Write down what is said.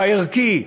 והערכי,